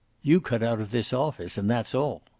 you cut out of this office. and that's all.